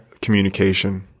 communication